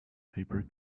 paper